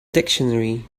dictionary